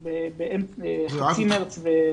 פעלו במחצית מארס.